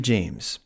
James